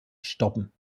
stoppen